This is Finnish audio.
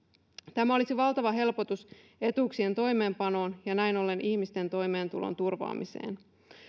tämä olisi valtava helpotus etuuksien toimeenpanoon ja näin ollen ihmisten toimeentulon turvaamiseen